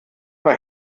war